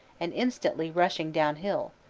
and instantly rushing down hill,